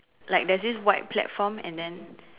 like there's this white platform and then